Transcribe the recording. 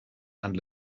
and